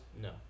No